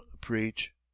preach